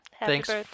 Thanks